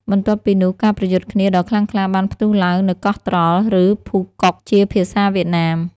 បន្ទាប់ពីនោះ ការប្រយុទ្ធគ្នាដ៏ខ្លាំងក្លាបានផ្ទុះឡើងនៅកោះត្រល់ ឬភូកុក ជាភាសាវៀតណាម។